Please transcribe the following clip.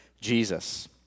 Jesus